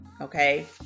okay